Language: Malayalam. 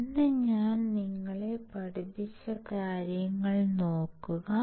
ഇന്ന് ഞാൻ നിങ്ങളെ പഠിപ്പിച്ച കാര്യങ്ങൾ നോക്കുക